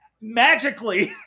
magically